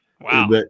Wow